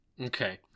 Okay